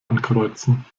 ankreuzen